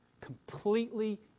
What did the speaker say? Completely